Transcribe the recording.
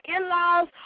in-laws